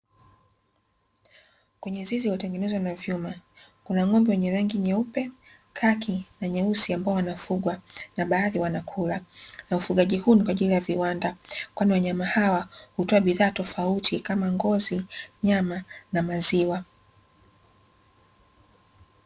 Kwenye zizi lililotengenezwa na vyuma, kuna ng'ombe wenye rangi nyeupe, kaki na nyeusi ambao wanafugwa na baadhi wanakula. Na ufugaji huu ni kwa ajili ya viwanda, kwani wanyama hawa hutoa bidhaa tofauti kama ngozi, nyama na maziwa.